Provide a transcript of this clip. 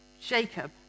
Jacob